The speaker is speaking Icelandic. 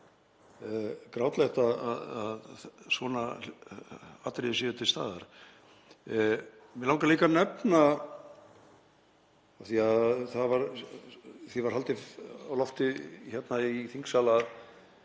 grátlegt að svona atriði séu til staðar. Mig langar líka að nefna að því var haldið á lofti í þingsal